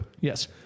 Yes